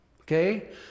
Okay